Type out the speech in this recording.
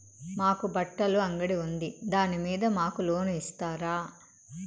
మాకు బట్టలు అంగడి ఉంది దాని మీద మాకు లోను ఇస్తారా